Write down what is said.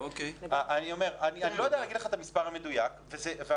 אני לא יודע להגיד את המספר המדויק אבל